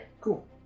Cool